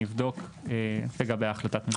אני אבדוק לגבי החלטת ממשלה.